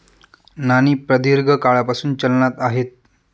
नाणी प्रदीर्घ काळापासून चलनात आहेत